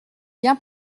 bien